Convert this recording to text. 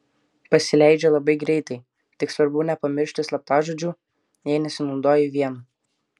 pasileidžia labai greitai tik svarbu nepamiršti slaptažodžių jei nesinaudoji vienu